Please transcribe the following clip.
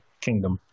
kingdom